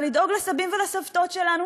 ולדאוג לסבים ולסבתות שלנו,